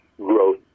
growth